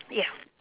ya